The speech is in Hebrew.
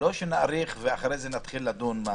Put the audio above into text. לא שנאריך ואחרי זה נתחיל לדון.